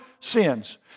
sins